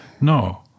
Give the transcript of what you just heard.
No